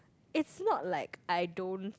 it's not like I don't